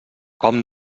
com